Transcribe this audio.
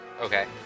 Okay